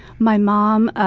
my mom,